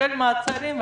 כולל מעצרים,